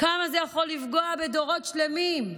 כמה זה יכול לפגוע בדורות שלמים.